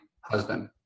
husband